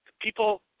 people